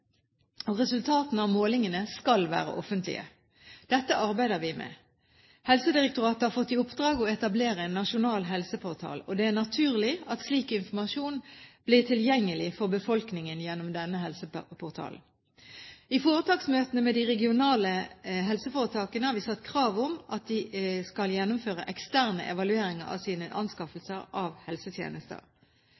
og resultatene av målingene skal være offentlige. Dette arbeider vi med. Helsedirektoratet har fått i oppdrag å etablere en nasjonal helseportal. Det er naturlig at slik informasjon blir tilgjengelig for befolkningen gjennom denne helseportalen. I foretaksmøtene med de regionale helseforetakene har vi satt krav om at de skal gjennomføre eksterne evalueringer av sine